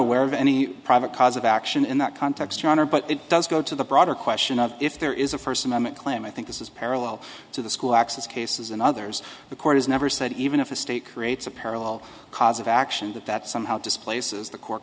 aware of any private cause of action in that context your honor but it does go to the broader question of if there is a first amendment claim i think this is parallel to the school access cases and others the court has never said even if a state creates a parallel cause of action that that somehow displaces the court